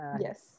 yes